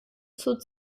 zur